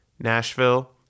Nashville